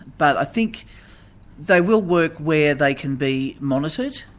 but i think they will work where they can be monitored.